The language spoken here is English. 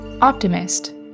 Optimist